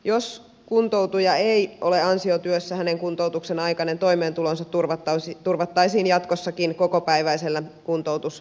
jos kuntoutuja ei ole ansiotyössä hänen kuntoutuksen aikainen toimeentulonsa turvattaisiin jatkossakin kokopäiväisellä kuntoutusrahalla